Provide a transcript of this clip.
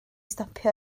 stopio